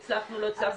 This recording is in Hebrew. הצלחנו לא הצלחנו,